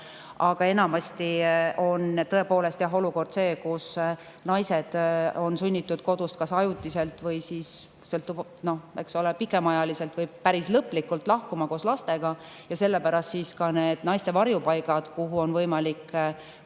Aga enamasti on tõepoolest selline olukord, et naised on sunnitud kodust kas ajutiselt või siis pikemaajaliselt või päris lõplikult lahkuma koos lastega. Sellepärast ka need naiste varjupaigad, kuhu on võimalik